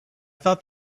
thought